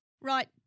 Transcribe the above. Right